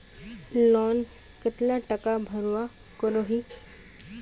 Loan कतला टाका भरवा करोही?